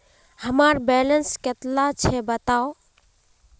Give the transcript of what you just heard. हमार बैलेंस कतला छेबताउ?